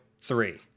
three